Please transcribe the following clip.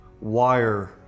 wire